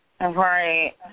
Right